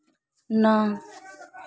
नौ